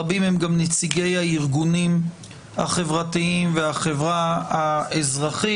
רבים הם גם נציגי הארגונים החברתיים והחברה האזרחית.